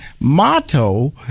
motto